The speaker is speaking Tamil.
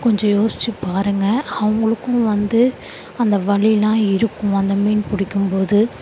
கொஞ்சம் யோசித்து பாருங்க அவங்குளுக்கும் வந்து அந்த வழிலாம் இருக்கும் அந்த மீன் பிடிக்கும்போது